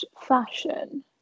fashion